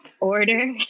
order